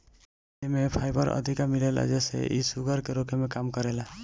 एमे फाइबर अधिका मिलेला जेसे इ शुगर के रोके में काम करेला